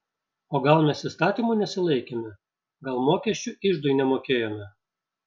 o gal mes įstatymų nesilaikėme gal mokesčių iždui nemokėjome